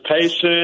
patient